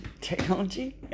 technology